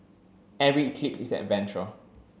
every eclipse is an adventure